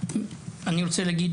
אני רוצה להגיד,